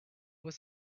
was